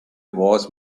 was